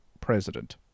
president